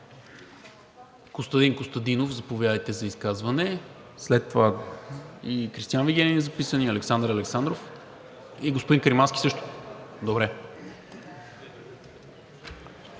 Костадин Костадинов, заповядайте за изказване. След това Кристиан Вигенин е записан и Александър Александров, и господин Каримански също, добре.